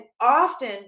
often